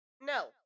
no